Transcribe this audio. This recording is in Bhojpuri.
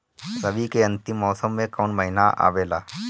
रवी के अंतिम मौसम में कौन महीना आवेला?